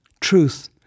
Truth